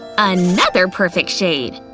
another perfect shade!